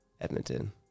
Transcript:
Edmonton